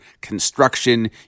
construction